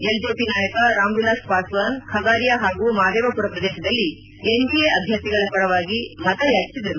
LJP ನಾಯಕ ರಾಂವಿಲಾಸ್ ಪಾಸ್ವಾನ್ ಖಗಾರಿಯಾ ಹಾಗೂ ಮಾದೇವಪುರ ಪ್ರದೇಶದಲ್ಲಿ ಎನ್ಡಿಎ ಅಭ್ಯರ್ಥಿಗಳ ಪರವಾಗಿ ಮತ ಯಾಚಿಸಿದರು